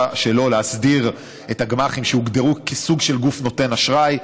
שלו להסדיר את הגמ"חים שהוגדרו כסוג של גוף נותן אשראי.